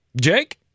jake